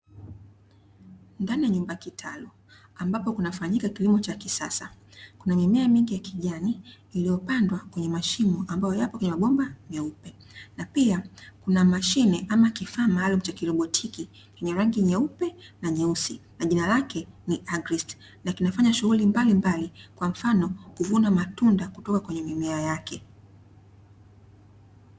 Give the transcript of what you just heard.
Ndani ya nyumba kitalu ambapo kunafanyika kilimo cha kisasa, kuna mimea mingi ya kijani iliyopandwa kwenye mashimo ambayo yapo kwenye mabomba meupe, na pia kuna amshine au kifaa maalumu cha kirobotiki chenye rangi nyeupe na nyeusi na jina lake ni agrilisti, na kinafanya shughuli mbalimbali kwa mfano kuvuna matunda kutoka kwenye mimea yake.